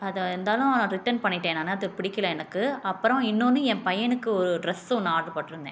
அதை இருந்தாலும் ரிட்டன் பண்ணிட்டேன் நான் ஏனா அது பிடிக்கல எனக்கு அப்புறம் இன்னொன்று என் பையனுக்கு ஒரு ட்ரஸு ஒன்று ஆர்டர் போட்டிருந்தேன்